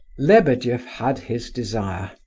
lebedeff had his desire.